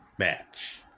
match